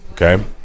Okay